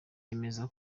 yemeza